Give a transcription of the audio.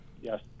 Yes